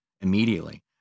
immediately